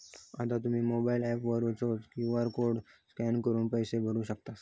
आता तुम्ही mobile app वरचो क्यू.आर कोड स्कॅन करून पैसे भरू शकतास